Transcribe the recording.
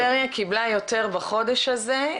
הפריפריה קיבלה יותר בחודש הזה,